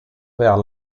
vers